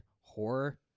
horror